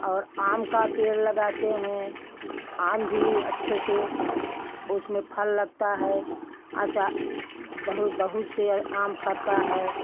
और आम का पेड़ लगाते हैं आम भी अच्छे से उसमें फल लगता है बहुत बहुत से आम फलता है